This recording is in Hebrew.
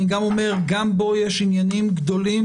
גם בו יש עניינים גדולים,